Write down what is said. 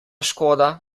škoda